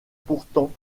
pourtant